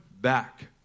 back